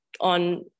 on